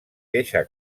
deixa